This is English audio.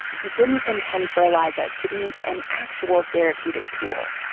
he didn't intend for eliza to be an actual therapeutic tool.